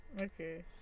Okay